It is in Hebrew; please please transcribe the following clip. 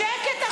שקט אתה.